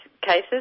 cases